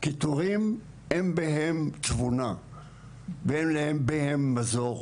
קיטורים אין בהם תבונה ואין בהם מזור,